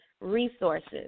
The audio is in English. resources